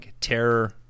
terror